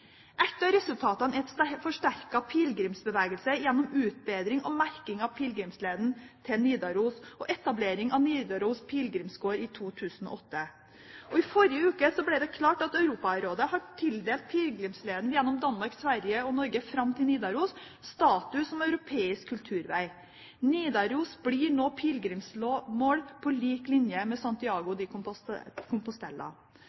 av resultatene er en forsterket pilegrimsbevegelse gjennom utbedring og merking av pilegrimsleden til Nidaros og etablering av Nidaros Pilegrimsgård i 2008. I forrige uke ble det klart at Europarådet har tildelt pilegrimsleden gjennom Danmark, Sverige og Norge fram til Nidaros status som Europeisk kulturvei. Nidaros blir nå pilegrimsmål på lik linje med Santiago